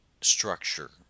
structure